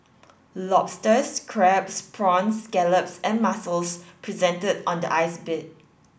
lobsters crabs prawns scallops and mussels presented on the ice bed